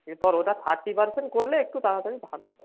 এরপর ওটা thirty percent করলে একটু তাড়াতাড়ি ভালো হয়